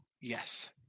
Yes